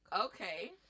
okay